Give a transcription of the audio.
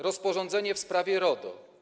Rozporządzenie w sprawie RODO.